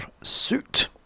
suit